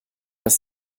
das